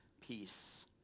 peace